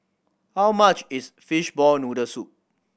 how much is fishball noodle soup